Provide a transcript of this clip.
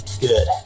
good